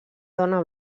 dona